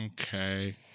Okay